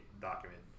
document